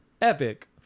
epic